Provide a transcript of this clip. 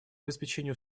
обеспечения